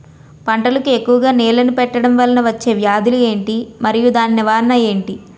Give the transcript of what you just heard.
పంటలకు ఎక్కువుగా నీళ్లను పెట్టడం వలన వచ్చే వ్యాధులు ఏంటి? మరియు దాని నివారణ ఏంటి?